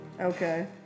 Okay